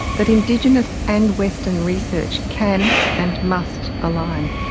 that indigenous and western research can, and must align,